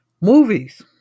Movies